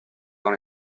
dans